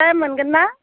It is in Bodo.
टाइम मोनगोनना